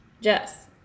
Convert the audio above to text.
Jess